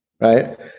Right